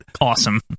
awesome